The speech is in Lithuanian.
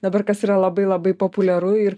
dabar kas yra labai labai populiaru ir